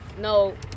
no